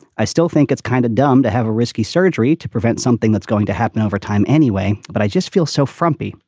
i still think it's kind of dumb to have a risky surgery to prevent something that's going to happen over time anyway. but i just feel so frumpy.